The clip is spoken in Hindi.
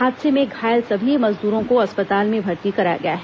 हादसे में घायल सभी मजदूरों को अस्पताल में भर्ती कराया गया है